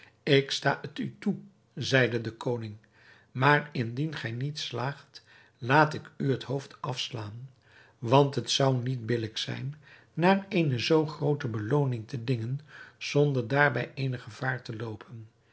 ik sta het u toe zeide de koning maar indien gij niet slaagt laat ik u het hoofd afslaan want het zou niet billijk zijn naar eene zoo groote belooning te dingen zonder daarbij eenig gevaar te loopen